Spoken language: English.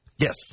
Yes